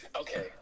Okay